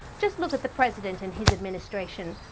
just look at the president and his administration.